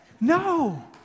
No